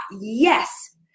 Yes